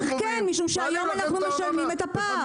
ועוד איך כן, משום שהיום אנחנו משלמים את הפער.